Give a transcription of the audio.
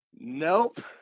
Nope